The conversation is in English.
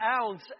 ounce